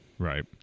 Right